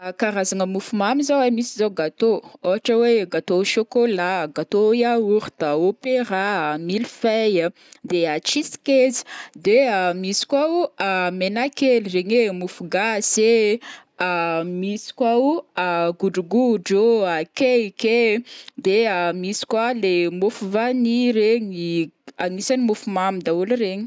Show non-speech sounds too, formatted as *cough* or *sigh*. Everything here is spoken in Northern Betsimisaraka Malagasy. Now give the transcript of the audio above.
Karazagna môfo mamy zao ai, misy zao gâteau: ohatra hoe gâteau au chocolat a, gâteau au yaourt a, opéra a, mille feuilles, de *hesitation* cheese cake, de *hesitation* misy koa o *hesitation* menakely regny e,môfo gasy e, *hesitation* misy koa o *hesitation* godrogodro ô, cake e, de *hesitation* misy koa le môfo vany regny, agnisany môfo mamy dahôlo regny.